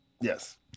Yes